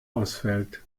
ausfällt